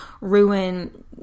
ruin